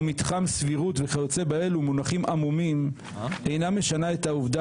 או מתחם סבירות וכיוצא באלו מונחים עמומים אינה משנה את העובדה